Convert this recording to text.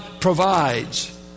provides